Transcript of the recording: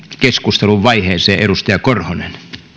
keskustelun vaiheeseen edustaja korhonen